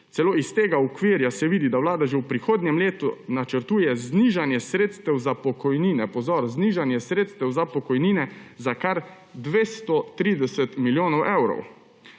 Celo iz tega okvira se vidi, da Vlada že v prihodnjem letu načrtuje znižanje sredstev za pokojnine – pozor, znižanje sredstev za pokojnine – za kar 230 milijonov evrov.